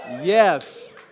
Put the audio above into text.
yes